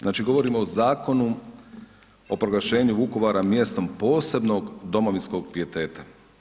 Znači govorimo o Zakonu o proglašenju Vukovara mjestom posebnog domovinskog pijeteta.